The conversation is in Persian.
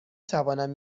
توانم